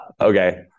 Okay